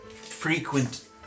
frequent